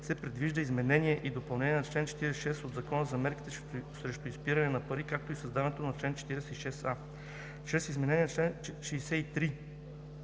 се предвижда изменение и допълнение на чл. 46 от Закона за мерките срещу изпиране на пари, както и създаването на чл. 46а. Чрез изменения в чл. 63